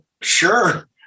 Sure